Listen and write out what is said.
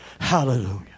Hallelujah